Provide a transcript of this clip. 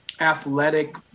athletic